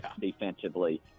defensively